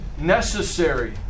necessary